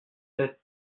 sept